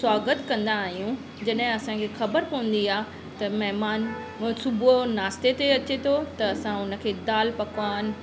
स्वागतु कंदा आहियूं जॾहिं असांखे ख़बर पवंदी आहे त महिमानु सुबुह जो नास्ते ते अचे थो त असां उनखे दालि पकवान